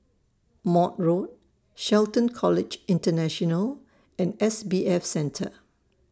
Maude Road Shelton College International and S B F Center